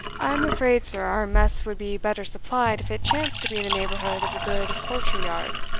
i am afraid, sir, our mess would be better supplied if it chanced to be in the neighbourhood of a good poultry-yard.